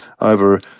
over